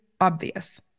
obvious